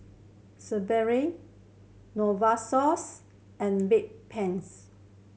Sebamed Novosource and Bedpans